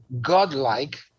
godlike